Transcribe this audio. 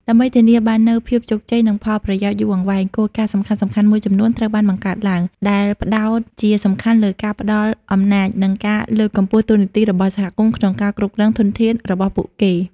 ដើម្បីធានាបាននូវភាពជោគជ័យ និងផលប្រយោជន៍យូរអង្វែង គោលការណ៍សំខាន់ៗមួយចំនួនត្រូវបានបង្កើតឡើង ដែលផ្ដោតជាសំខាន់លើការផ្ដល់អំណាច និងការលើកកម្ពស់តួនាទីរបស់សហគមន៍ក្នុងការគ្រប់គ្រងធនធានរបស់ពួកគេ។